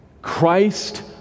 Christ